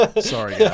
Sorry